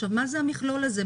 מה הוא המכלול הזה?